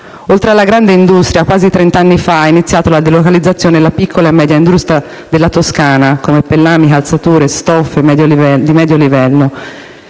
Oltre alla grande industria, quasi trent'anni fa è iniziata la delocalizzazione della piccola e media industria della Toscana (ad esempio, pellami, calzature, stoffe di medio livello).